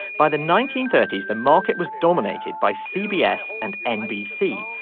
by the nineteen thirty s the market was dominated by cbs and nbc.